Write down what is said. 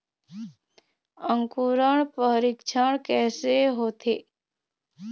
अंकुरण परीक्षण कैसे होथे?